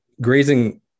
grazing